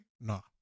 No